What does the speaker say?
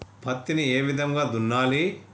పత్తిని ఏ విధంగా దున్నాలి?